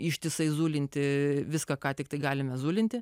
ištisai zulinti viską ką tiktai galime zulinti